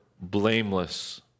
blameless